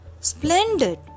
Splendid